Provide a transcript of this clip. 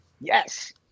Yes